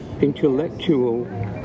intellectual